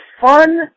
fun